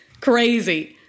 crazy